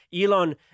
Elon